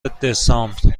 دسامبر